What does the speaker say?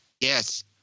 Yes